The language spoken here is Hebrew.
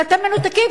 כי אתם מנותקים,